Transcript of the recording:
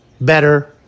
better